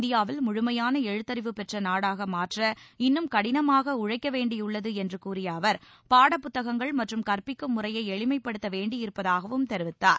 இந்தியாவில் முழுமையான எழுத்தறிவு பெற்ற நாடாக மாற்ற இன்னும் கடினமாக உழைக்க வேண்டியுள்ளது என்று கூறிய அவர் பாடப்புத்தகங்கள் மற்றும் கற்பிக்கும் முறையை எளிமைப்படுத்த வேண்டியிருப்பதாகவும் தெரிவித்தார்